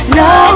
no